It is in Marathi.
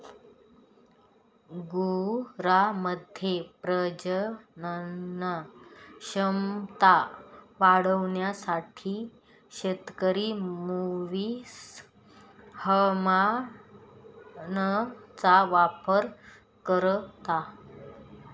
गुरांमध्ये प्रजनन क्षमता वाढवण्यासाठी शेतकरी मुवीस हार्मोनचा वापर करता